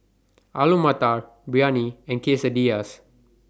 Alu Matar Biryani and Quesadillas